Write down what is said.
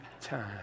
time